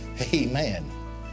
Amen